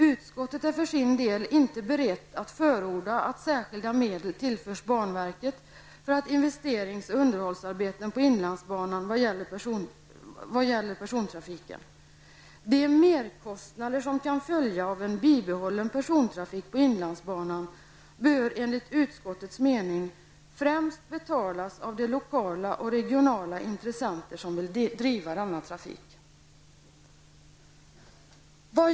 Utskottet är för sin del inte berett förorda att särskilda medel tillförs banverket för investeringsoch underhållsarbeten på inlandsbanan vad gäller persontrafiken. De merkostnader som kan följa av en bibehållen persontrafik på inlandsbanan bör enligt utskottets mening främst betalas av de lokala och regionala intressenter som vill driva denna trafik.''